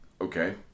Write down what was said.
Okay